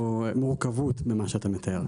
יש פה מורכבות במה שאתה מתאר.